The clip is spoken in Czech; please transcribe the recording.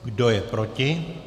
Kdo je proti?